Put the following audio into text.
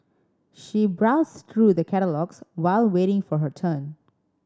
she browsed through the catalogues while waiting for her turn